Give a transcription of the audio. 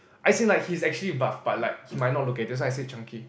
as in like he is actually buff but like he might not look at it so I say chunky